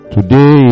Today